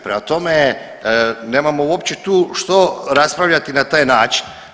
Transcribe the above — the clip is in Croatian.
Prema tome, nemamo uopće tu što raspravljati na taj način.